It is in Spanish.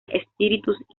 espíritus